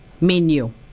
menu